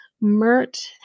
Mert